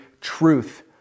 truth